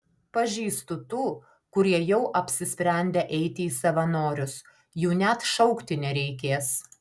pažįstu tų kurie jau apsisprendę eiti į savanorius jų net šaukti nereikės